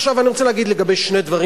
עכשיו אני רוצה להגיד לגבי שני דברים